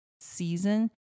season